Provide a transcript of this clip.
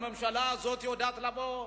הממשלה הזאת יודעת לבוא,